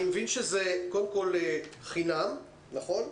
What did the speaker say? אני מבין שזה חינם, נכון?